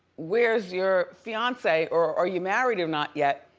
where's your fiance or are you married or not yet?